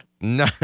no